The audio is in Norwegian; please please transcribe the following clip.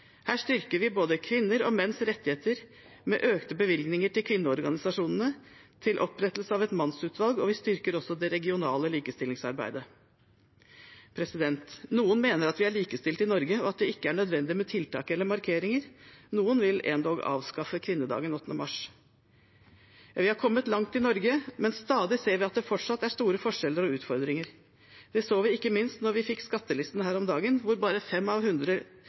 Her styrker vi både kvinners og menns rettigheter, med økte bevilgninger til kvinneorganisasjonene og til opprettelse av et mannsutvalg, og vi styrker også det regionale likestillingsarbeidet. Noen mener at vi er likestilte i Norge, og at det ikke er nødvendig med tiltak eller markeringer. Noen vil endog avskaffe kvinnedagen 8. mars. Ja, vi er kommet langt i Norge, men stadig ser vi at det fortsatt er store forskjeller og utfordringer. Det så vi ikke minst da vi fikk skattelistene her om dagen, hvor bare 5 av 100